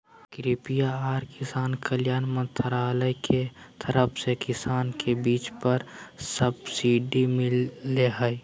कृषि आर किसान कल्याण मंत्रालय के तरफ से किसान के बीज पर सब्सिडी मिल लय हें